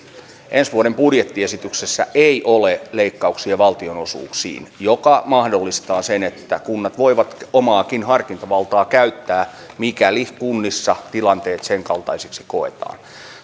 ensi vuoden budjettiesityksessä ei ole leikkauksia valtionosuuksiin mikä mahdollistaa sen että kunnat voivat omaakin harkintavaltaa käyttää mikäli kunnissa tilanteet senkaltaisiksi koetaan